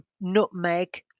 nutmeg